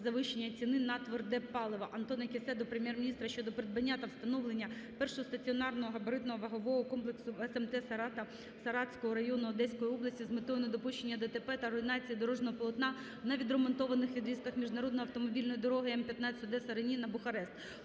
завищення ціни на тверде паливо. Антона Кіссе до Прем'єр-міністра щодо придбання та встановлення першого стаціонарного габаритно-вагового комплексу в смт Сарата Саратського району Одеської області з метою недопущення ДТП та руйнації дорожнього полотна на відремонтованих відрізках міжнародної автомобільної дороги М-15 Одеса–Рені (на Бухарест).